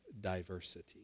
diversity